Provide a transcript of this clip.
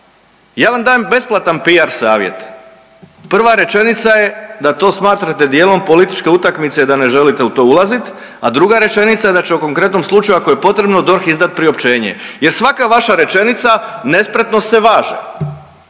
Ja vam dajem besplatan PR savjet, prva rečenica je da to smatrate dijelom političke utakmice da ne želite u to ulazi, a druga rečenica da će u konkretnom slučaju ako je potrebno DORH izdat priopćene jer svaka vaša rečenica nespretno se važe.